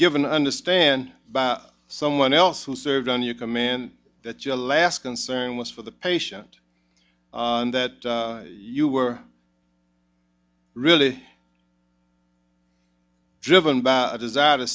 given understand by someone else who served on your command that your last concern was for the patient and that you were really driven by a desire to